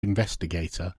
investigator